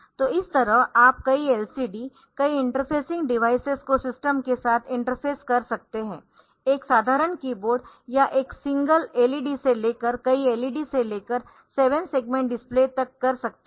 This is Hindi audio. तो इस तरह आप कई LCD कई इंटरफेसिंग डिवाइसेस को सिस्टम के साथ इंटरफेस interface कर सकते है एक साधारण कीबोर्ड या एक सिंगल LED से लेकर कई LED से लेकर 7 सेगमेंट डिस्प्ले तक कर सकते है